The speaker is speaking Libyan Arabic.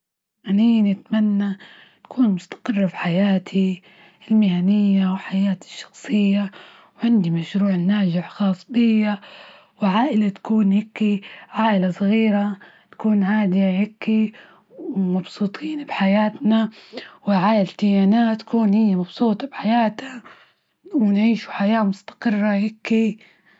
أني نتمنى نكون مستقرة بحياتي المهنية، وحياة الشخصية ،وعندي مشروع ناجح خاص بيا، وعائلة تكون هيكي عائلة صغيرة تكون عادية هيكي، ومبسوطين بحياتنا وعائلتي يانا تكون هي مبسوط بحياتها، ونعيشوا حياة مستقرة هيكي.